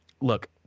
look